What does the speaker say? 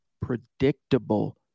predictable